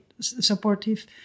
supportive